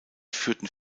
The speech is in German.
führten